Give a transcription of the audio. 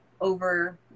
over